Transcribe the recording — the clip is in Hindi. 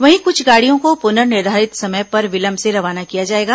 वहीं कुछ गाड़ियों को पुनर्निधारित समय पर विलंब से रवाना किया जाएगा